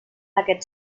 aquest